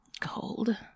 Cold